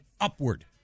upward